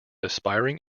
aspiring